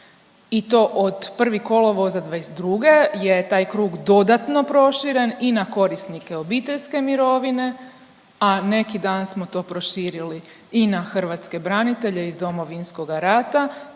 i to od 1. kolovoza 2022. je taj krug dodatno proširen i na korisnike obiteljske mirovine, a neki dan smo to proširili i na hrvatske branitelje iz Domovinskoga rata,